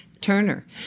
Turner